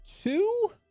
two